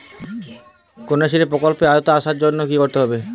কন্যাশ্রী প্রকল্পের আওতায় আসার জন্য কী করতে হবে?